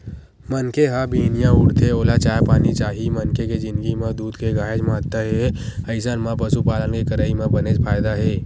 मनखे ह बिहनिया उठथे ओला चाय पानी चाही मनखे के जिनगी म दूद के काहेच महत्ता हे अइसन म पसुपालन के करई म बनेच फायदा हे